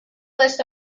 list